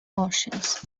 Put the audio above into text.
oceans